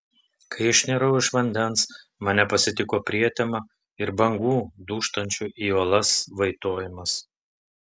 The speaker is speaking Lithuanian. kai išnirau iš vandens mane pasitiko prietema ir bangų dūžtančių į uolas vaitojimas